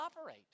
operate